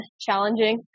challenging